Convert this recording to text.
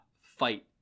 fight